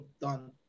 done